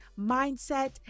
mindset